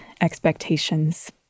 expectations